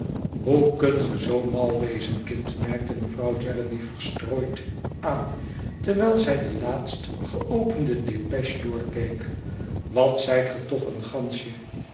hoe kunt ge zoo mal wezen kind merkte mevrouw jellyby verstrooid aan terwijl zij de laatst geopende depêche doorkeek wat zijt ge toch een gansje